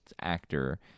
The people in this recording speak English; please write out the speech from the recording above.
actor